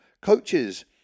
Coaches